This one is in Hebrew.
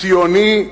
ציוני,